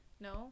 no